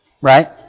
right